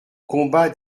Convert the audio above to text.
combat